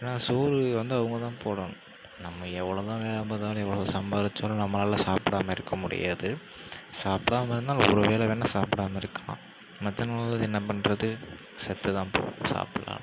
ஆனால் சோறு வந்து அவங்க தான் போடணும் நம்ம எவ்வளோ தான் வேலை பார்த்தாலும் எவ்வளோ சம்பாரிச்சாலும் நம்மளால் சாப்பிடாம இருக்க முடியாது சாப்பிடாம இருந்தால் ஒருவேளை வேணா சாப்பிடாம இருக்கலாம் மற்ற நாளில் என்ன பண்ணுறது செத்து தான் போகணும் சாப்புடலனா